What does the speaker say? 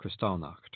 Kristallnacht